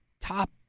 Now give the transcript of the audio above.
top